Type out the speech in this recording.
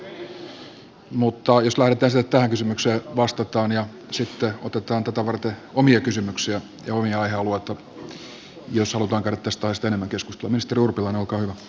lähdetään siitä että tähän kysymykseen vastataan mutta sitten otetaan tätä varten omia kysymyksiä ja omia aihealueita jos halutaan käydä tästä aiheesta enemmän keskustelua